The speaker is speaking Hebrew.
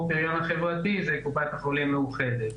הפריון החברתי זו קופת חולים מאוחדת.